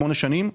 שמונה שנים?